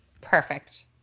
Perfect